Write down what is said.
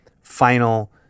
final